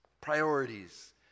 Priorities